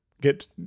get